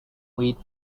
with